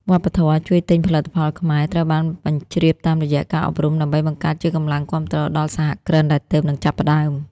វប្បធម៌ "ជួយទិញផលិតផលខ្មែរ" ត្រូវបានបញ្ជ្រាបតាមរយៈការអប់រំ ដើម្បីបង្កើតជាកម្លាំងគាំទ្រដល់សហគ្រិនដែលទើបនឹងចាប់ផ្ដើម។